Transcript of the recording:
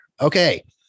okay